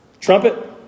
Trumpet